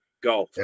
Go